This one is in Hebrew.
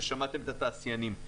ושמעתם את התעשיינים.